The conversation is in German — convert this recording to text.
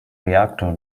reaktor